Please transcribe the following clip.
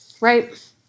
right